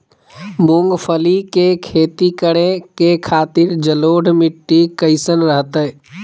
मूंगफली के खेती करें के खातिर जलोढ़ मिट्टी कईसन रहतय?